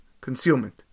concealment